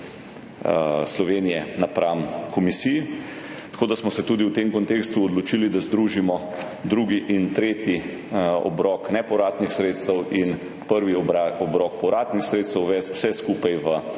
Slovenije napram Komisiji, tako da smo se tudi v tem kontekstu odločili, da združimo drugi in tretji obrok nepovratnih sredstev in prvi obrok povratnih sredstev, uvedemo vse skupaj v